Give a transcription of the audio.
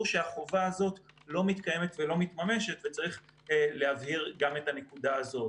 שהחובה הזו לא מתקיימת ולא מתממשת וצריך להבהיר גם את הנקודה הזו.